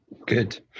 Good